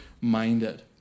minded